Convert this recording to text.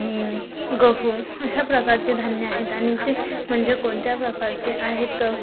नीम गहू अशा प्रकारचे धान्य आहेत आणि ते म्हणजे कोनत्या प्रकारचे आहेत